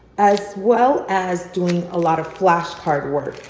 as well as doing a lot of flashcard work.